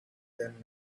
than